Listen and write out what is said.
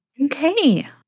Okay